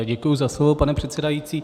Děkuji za slovo, pane předsedající.